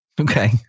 Okay